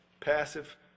passive